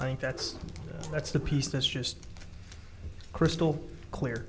i think that's that's the piece this just crystal clear